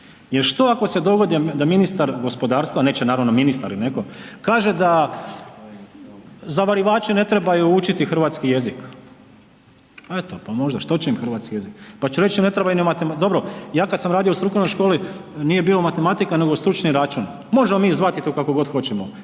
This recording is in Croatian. Jer što ako se dogodi da ministar gospodarstva, neće naravno ministar i netko, kaže da zavarivači ne trebaju učiti hrvatski jezik, eto pa možda što će im hrvatski jezik, pa će reći ne treba ni, dobro ja kad sam radio u strukovnoj školi nije bio matematika nego stručni račun, možemo mi zvati to kako god hoćemo,